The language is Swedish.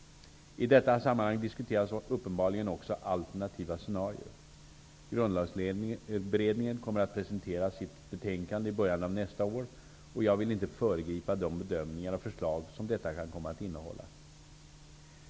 I detta sammanhang diskuteras uppenbarligen också alternativa scenarier. Grundlagsberedningen kommer att presentera sitt betänkande i början av nästa år, och jag vill inte föregripa de bedömningar och förslag som detta kan komma att innehålla.